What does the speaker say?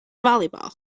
volleyball